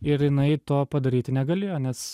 ir jinai to padaryti negalėjo nes